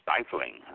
stifling